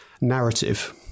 narrative